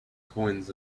coins